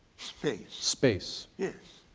space? space. yes,